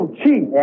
cheap